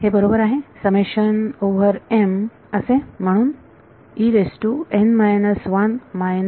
हे बरोबर आहे समेशन ओव्हर m असे म्हणून विद्यार्थी सर